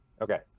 Okay